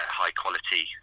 high-quality